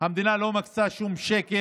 זה לא אומר שהמדינה לא מקצה שום שקל.